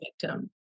victim